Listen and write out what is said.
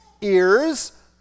ears